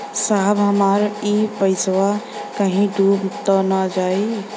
साहब हमार इ पइसवा कहि डूब त ना जाई न?